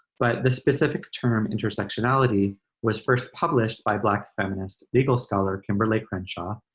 but the specific term intersectionality was first published by black feminist legal scholar, kimberle like crenshaw,